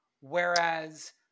Whereas